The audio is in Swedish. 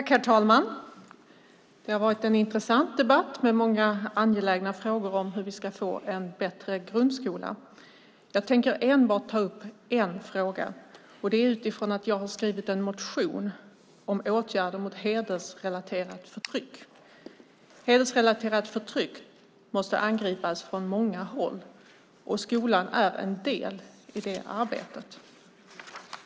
Herr talman! Det har varit en intressant debatt med många angelägna frågor om hur vi ska få en bättre grundskola. Jag tänker enbart ta upp en fråga, och det gör jag utifrån att jag har skrivit en motion om åtgärder mot hedersrelaterat förtryck. Hedersrelaterat förtryck måste angripas från många håll, och skolan är en del i det arbetet.